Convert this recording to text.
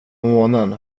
månen